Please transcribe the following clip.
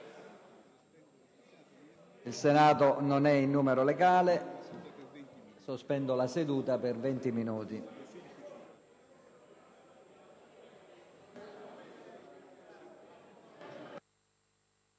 Il Senato non è in numero legale. Sospendo la seduta per venti minuti.